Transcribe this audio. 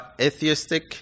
Atheistic